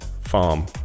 farm